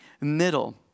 middle